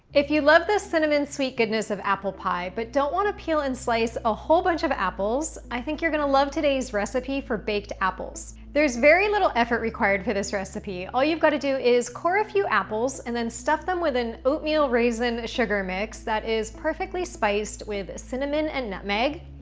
if you love the cinnamon sweet goodness of apple pie, but don't want to peel and slice a whole bunch of apples, i think you're gonna love today's recipe for baked apples. there's very little effort required for this recipe. all you've got to do is core a few apples and then stuff them with an oatmeal raisin sugar mix that is perfectly spiced with cinnamon and nutmeg,